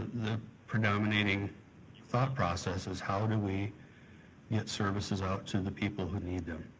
the predominating thought process, is how do we get services out to the people who need them.